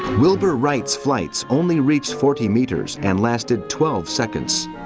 wilbur wright's flights only reached forty metres and lasted twelve seconds.